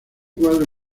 cuadro